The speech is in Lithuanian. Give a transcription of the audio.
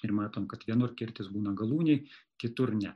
ir matom kad vienur kirtis būna galūnėj kitur ne